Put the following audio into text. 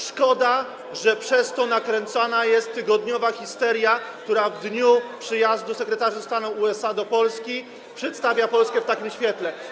Szkoda, że przez to nakręcana jest tygodniowa histeria, która w dniu przyjazdu sekretarzy stanu USA do Polski przedstawia Polskę w takim świetle.